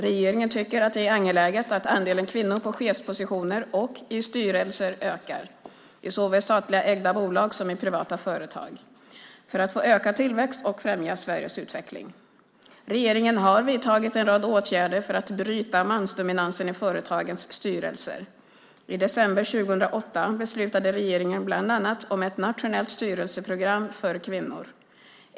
Regeringen tycker att det är angeläget att andelen kvinnor på chefspositioner och i styrelser ökar, såväl i statligt ägda bolag som i privata företag, för att få ökad tillväxt och främja Sveriges utveckling. Regeringen har vidtagit en rad åtgärder för att bryta mansdominansen i företagens styrelser. I december 2008 beslutade regeringen bland annat om ett nationellt styrelseprogram för kvinnor.